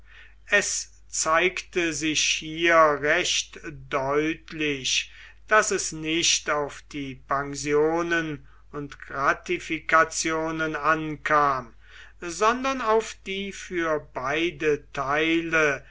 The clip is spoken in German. es zeigte sich hier recht deutlich daß es nicht auf die pensionen und gratifikationen ankam sondern auf die für beide teile